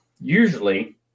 usually